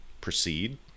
proceed